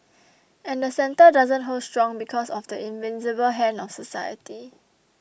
and the centre doesn't hold strong because of the invisible hand of society